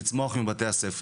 לצמוח מבתי הספר.